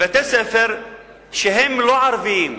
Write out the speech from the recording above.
בבתי-ספר שהם לא ערביים,